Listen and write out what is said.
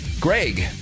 Greg